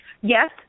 Yes